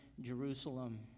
Jerusalem